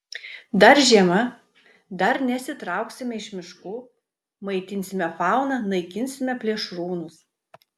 dar žiema dar nesitrauksime iš miškų maitinsime fauną naikinsime plėšrūnus